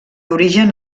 origen